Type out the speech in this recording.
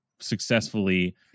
successfully